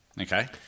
Okay